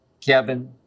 Kevin